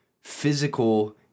physical